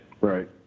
Right